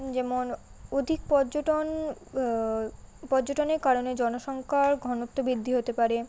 যেমন অধিক পর্যটন পর্যটনের কারণে জনসংখ্যার ঘনত্ব বৃদ্ধি হতে পারে